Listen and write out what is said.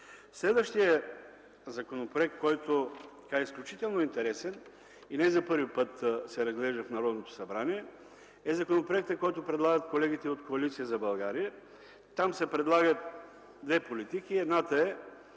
Следващият законопроект, който е изключително интересен и не за първи път се разглежда в Народното събрание, е законопроектът, който предлагат колегите от Коалиция за България. Там се предлагат две политики. Едната е